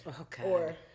okay